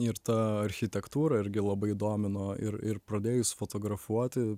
ir ta architektūra irgi labai domino ir ir pradėjus fotografuoti